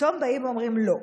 פתאום באים ואומרים: לא,